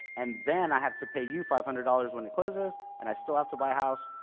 and then i have to pay you five hundred dollars when it closes, and i still have to buy a house.